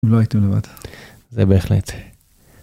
לא הייתם לבד זה בהחלט.